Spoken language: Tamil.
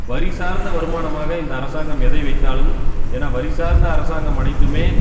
வரி சார்ந்த வருமானமாக இந்த அரசாங்கம் எதை வைத்தாலும் ஏன்னா வரி சார்ந்த அரசாங்கம் அனைத்தும்